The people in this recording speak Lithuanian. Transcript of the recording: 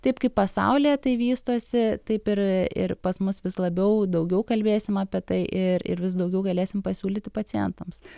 taip kaip pasaulyje tai vystosi taip ir ir pas mus vis labiau daugiau kalbėsim apie tai ir ir vis daugiau galėsim pasiūlyti pacientams